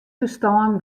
ferstân